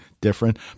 different